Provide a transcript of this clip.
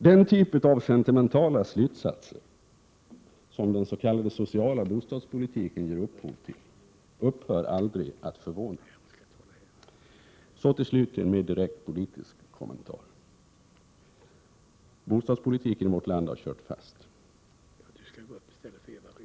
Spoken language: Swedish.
Den typ av sentimentala slutsatser som den s.k. sociala bostadspolitiken ger upphov till upphör aldrig att förvåna mig. Så till slut en mer direkt politisk kommentar. Bostadspolitiken i vårt land har kört fast.